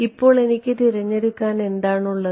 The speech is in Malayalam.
ഇപ്പോൾ എനിക്ക് തിരഞ്ഞെടുക്കാൻ എന്താണുള്ളത്